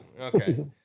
Okay